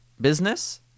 business